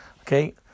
Okay